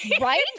right